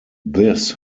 this